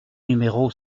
numéro